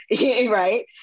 right